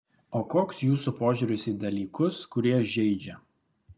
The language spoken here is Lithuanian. o koks jūsų požiūris į dalykus kurie žeidžia